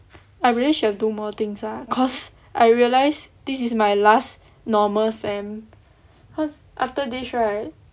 I really should have do more things ah cause I realise this is my last normal sem cause after this right